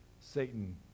Satan